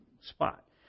spot